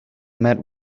met